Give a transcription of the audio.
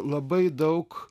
labai daug